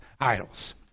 idols